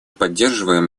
поддерживаем